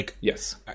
Yes